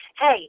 hey